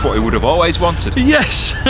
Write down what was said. what he would have always wanted. yes.